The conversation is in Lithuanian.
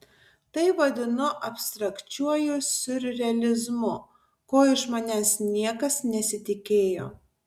tai vadinu abstrakčiuoju siurrealizmu ko iš manęs niekas nesitikėjo